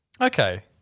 Okay